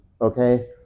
Okay